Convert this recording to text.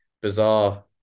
bizarre